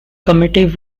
committee